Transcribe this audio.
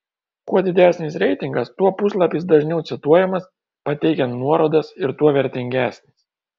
kuo didesnis reitingas tuo puslapis dažniau cituojamas pateikiant nuorodas ir tuo vertingesnis